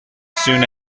soon